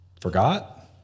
forgot